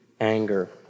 Anger